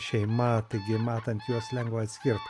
šeima taigi matant juos lengva atskirt